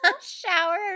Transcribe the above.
shower